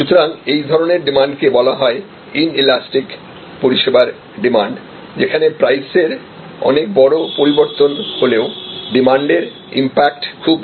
সুতরাং এই ধরনের ডিমান্ড কে বলা হয় ইন ইলাস্টিক পরিষেবার ডিমান্ড যেখানে প্রাইসের অনেক বড় পরিবর্তন হলেও ডিমান্ড এর উপর ইম্প্যাক্ট খুব কম হয়